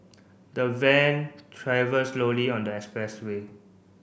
the van travelled slowly on the expressway